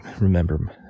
remember